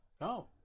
No